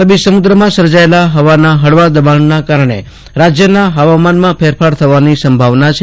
અરબી સમુદ્રમાં સર્જાયેલા હવાના હળવા દબાળના કારણે રાજ્યના હવામાનમાં ફેરફાર થવાની સંભાના છે